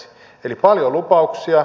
eli paljon lupauksia